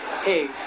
Hey